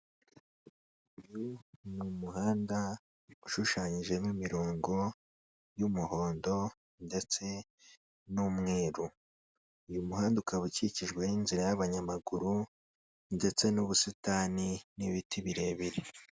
Uyu ni umuhanda ushushanyijemo imirongo y'umuhondo ndetse n'umweru. Uyu muhanda ukaba ukikijwe n'inzira y'abanyamaguru ndetse n'ubusitani n'ibiti birebire.